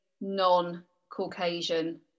non-Caucasian